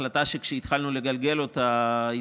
כשהתחלנו לגלגל את ההחלטה,